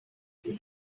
ibi